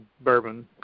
bourbon